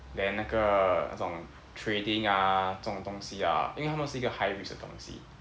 then 那个那种 trading ah 这种东西啊因为它们是一个 high risk 的东西